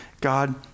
God